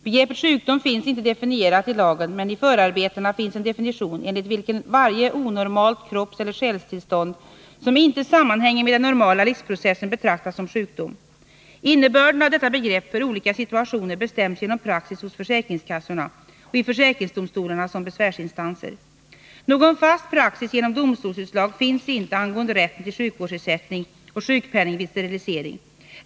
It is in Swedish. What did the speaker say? Begreppet sjukdom finns inte definierat i lagen, men i förarbetena finns en definition enligt vilken varje onormalt kroppseller själstillstånd som inte sammanhänger med den normala livsprocessen betraktas som sjukdom. Innebörden av detta begrepp för olika situationer bestäms genom praxis hos försäkringskassorna och i försäkringsdomstolarna som besvärsinstanser. Någon fast praxis genom domstolsutslag finns inte angående rätten till sjukvårdsersättning och sjukpenning vid sterilisering.